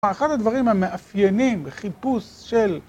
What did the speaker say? אחד הדברים המאפיינים בחיפוש של...